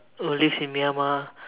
who lives in Myanmar